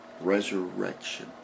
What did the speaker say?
Resurrection